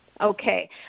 Okay